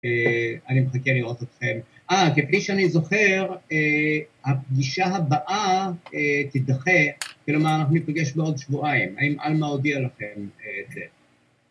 אני מחכה לראות אתכם, אה כפי שאני זוכר, הפגישה הבאה תדחה, כלומר אנחנו ניפגש בעוד שבועיים, אלמה הודיעה לכם את זה